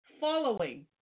Following